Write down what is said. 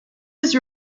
was